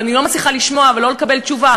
אבל אני לא מצליחה לשמוע ולקבל תשובה,